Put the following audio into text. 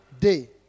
day